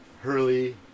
Hurley